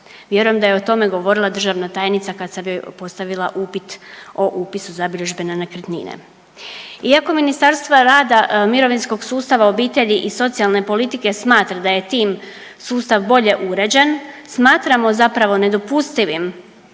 Vjerujem da je o tome govorila državna tajnica kad sam joj postavila upit o upisu zabilježbe na nekretnine. Iako Ministarstvo rada, mirovinskog sustava i socijalne politike smatra da je tim sustav bolje uređen, smatramo zapravo nedopustivim